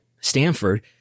Stanford